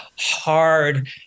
hard